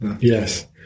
Yes